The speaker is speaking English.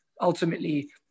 ultimately